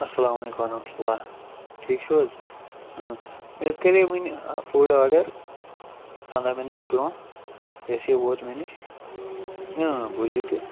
اَسَلامُ علیکُم ورَحمَتُلہ ٹھیٖک چھِو حظ مےٚ حظ کَرے وٕنۍ فُڈ آرڈر پَنٛداہ مِنَٹ برونٛہہ یہِ ہسا ووت مےٚ نِش اۭں بوٗزِو تُہۍ